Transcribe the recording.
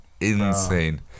insane